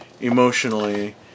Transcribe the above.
emotionally